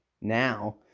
now